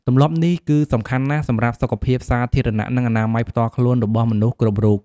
ទម្លាប់នេះ គឺសំខាន់ណាស់សម្រាប់សុខភាពសាធារណៈ និងអនាម័យផ្ទាល់ខ្លួនរបស់មនុស្សគ្រប់រូប។